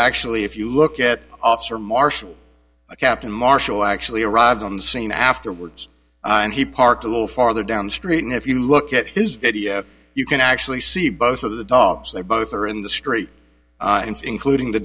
actually if you look at officer marshall a captain marshall actually arrived on scene afterwards and he parked a little farther down the street and if you look at his video you can actually see both of the dogs they both are in the street and including the